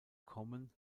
kommen